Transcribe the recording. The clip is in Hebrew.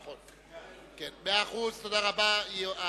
תודה רבה.